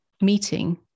meeting